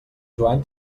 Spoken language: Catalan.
joan